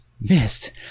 missed